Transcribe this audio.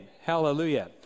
Hallelujah